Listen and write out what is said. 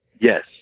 Yes